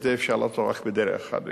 את זה אפשר לעצור רק בדרך אחת ויחידה.